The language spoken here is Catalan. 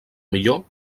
millor